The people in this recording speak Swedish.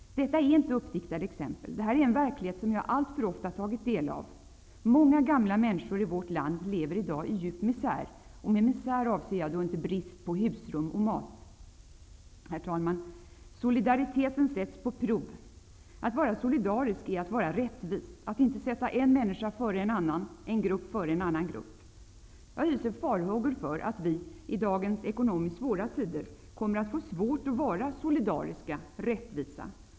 Detta är inte uppdiktade exempel, utan detta är en verklighet som jag alltför ofta tagit del av. Många gamla människor i vårt land lever i dag i djup misär. Och med misär avser jag då inte brist på husrum och mat. Herr talman! ''Solidariteten kommer nu att sättas på prov.'' Att vara solidarisk är att vara rättvis, att inte sätta en människa före en annan, en grupp före en annan grupp. Jag hyser farhågar för att vi i dagens ekonomiskt svåra tider kommer att få svårt att vara solidariska, rättvisa.